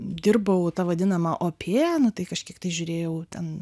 dirbau ta vadinama opien tai kažkiek tai žiūrėjau ten